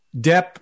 Depp